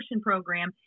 program